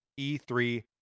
E3